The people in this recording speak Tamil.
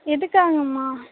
எதுக்காகம்மா